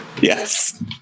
Yes